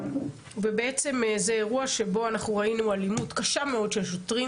זה אירוע שאנחנו ראינו אלימות קשה מאוד של שוטרים